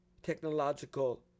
Technological